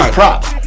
props